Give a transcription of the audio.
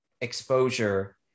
exposure